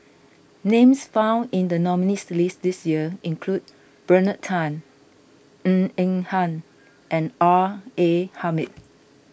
names found in the nominees' list this year include Bernard Tan Ng Eng Hen and R A Hamid